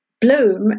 bloom